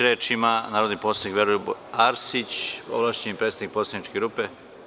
Reč ima narodni poslanik Veroljub Arsić, ovlašćeni predstavnik poslaničke grupe.